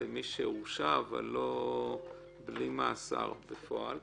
למי שהורשע אבל בלי מאסר בפועל,